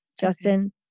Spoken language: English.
Justin